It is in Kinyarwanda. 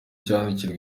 cyandikirwa